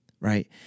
Right